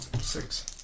six